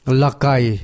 lakai